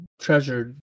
treasured